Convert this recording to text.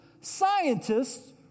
Scientists